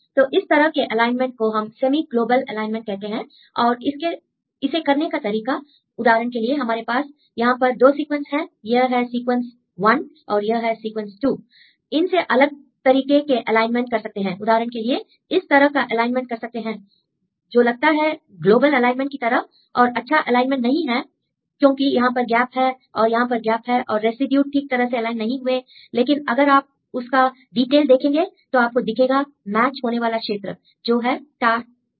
तो इस तरह के एलाइनमेंट को हम सेमी ग्लोबल एलाइनमेंट कहते हैं और इसे करने का तरीका उदाहरण के लिए हमारे पास यहां पर दो सीक्वेंस हैं यह है सीक्वेंस 1 और यह है सीक्वेंस 2 इनसे अलग तरीके के एलाइनमेंट कर सकते हैं उदाहरण के लिए इस तरह का एलाइनमेंट कर सकते हैं जो लगता है ग्लोबल एलाइनमेंट की तरह और अच्छा एलाइनमेंट नहीं है क्योंकि यहां पर गैप है और यहां पर गैप है और रेसिड्यू ठीक तरह से एलाइन नहीं हुए लेकिन अगर आप उसका डिटेल देखेंगे तो आपको दिखेगा मैच होने वाला क्षेत्रजो है T A T A